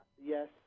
Yes